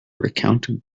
recounted